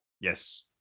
yes